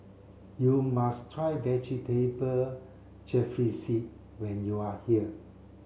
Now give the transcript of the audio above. you must try Vegetable Jalfrezi when you are here